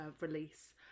release